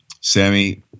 Sammy